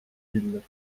дииллэр